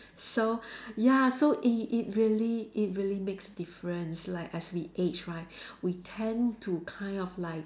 so ya so it it really it really makes difference like as we age right we tend to kind of like